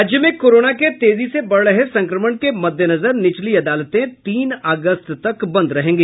राज्य में कोरोना के तेजी से बढ़ रहे संक्रमण के मद्देनजर निचली अदालतें तीन अगस्त तक बंद रहेंगी